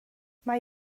mae